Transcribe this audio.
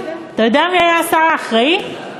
אתה יודע מי היה השר האחראי?